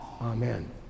Amen